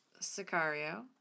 Sicario